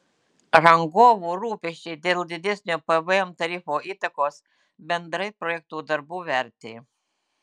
rangovų rūpesčiai dėl didesnio pvm tarifo įtakos bendrai projektų darbų vertei